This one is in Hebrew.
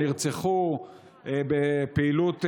או נרצחו בפעילות צבאית,